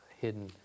hidden